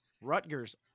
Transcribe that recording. Rutgers